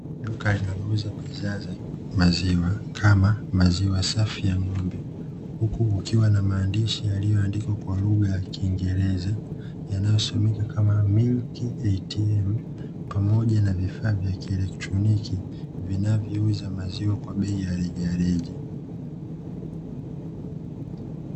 Duka linalouza bidhaa za maziwa kama maziwa safi ya ng’ombe, huku kukiwa na maandishi yaliyoandikwa kwa lugha ya kiingereza yanayosomeka kama "Milk ATM” pamoja na vifaa vya kielektroniki vinavyouza maziwa kwa bei ya rejareja.